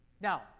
Now